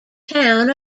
town